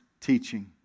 teaching